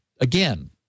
again